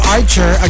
Archer